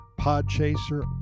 Podchaser